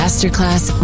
Masterclass